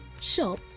shop